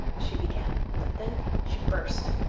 she began but then she burst.